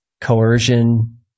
coercion